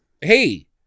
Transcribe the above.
hey